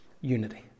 Unity